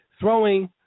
throwing